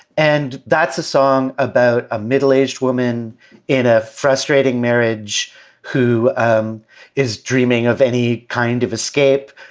and that's a song about a middle aged woman in a frustrating marriage who um is dreaming of any kind of escape.